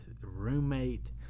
roommate